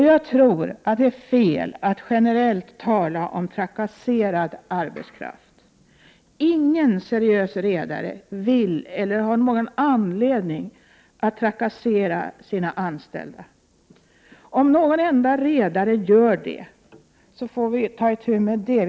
Jag tror att det är fel att generellt tala om trakasserad arbetskraft. Ingen seriös redare vill eller har någon anledning att trakassera sina anställda. Om någon enda redare gör så får vi ta itu med det på särskilt sätt.